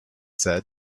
said